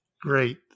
Great